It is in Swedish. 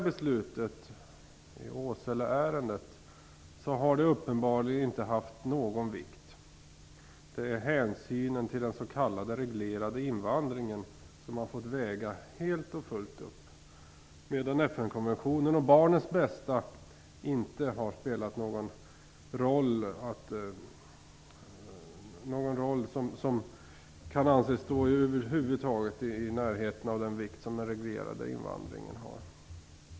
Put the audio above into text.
I Åseleärendet har det uppenbarligen inte haft någon vikt. Det är hänsynen till den s.k. reglerade invandringen som helt och fullt fått vara vägande. Men FN konventionen och detta med barnens bästa har inte spelat någon roll som över huvud taget tillnärmelsevis kan jämföras med den vikt som den reglerade invandringen har.